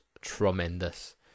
tremendous